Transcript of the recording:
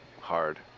hard